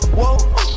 whoa